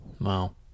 Wow